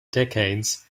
decades